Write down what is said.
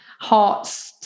heart's